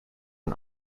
and